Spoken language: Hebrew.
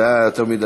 זה היה יותר מדי,